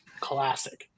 classic